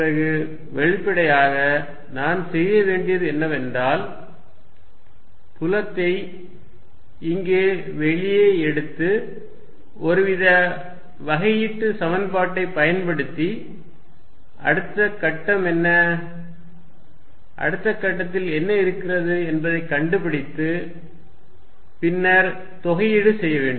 பிறகு வெளிப்படையாக நான் செய்ய வேண்டியது என்னவென்றால் புலத்தை இங்கே வெளியே எடுத்து ஒருவித வகையீட்டு சமன்பாட்டைப் பயன்படுத்தி அடுத்த கட்டம் என்ன அடுத்த கட்டத்தில் என்ன இருக்கிறது என்பதைக் கண்டுபிடித்து பின்னர் தொகையீடு செய்ய வேண்டும்